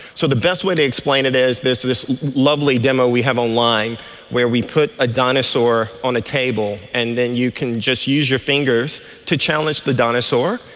so the best way to explain it is there's this lovely demo we have online where we put a dinosaur on a table and then you can just use your fingers to challenge the dinosaur.